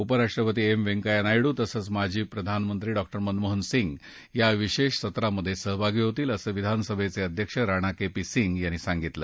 उपराष्ट्रपती एम व्यंकय्या नायडू तसंच माजी प्रधानमंत्री डॉक्टर मनमोहन सिंग या विशेष सत्रात सहभागी होतील असं विधानसभेचे अध्यक्ष राणा के पी सिंग यांनी सांगितलं